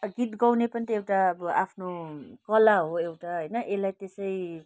गीत गाउने पनि त एउटा अब आफ्नो कला हो एउटा होइन यसलाई त्यसै